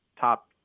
top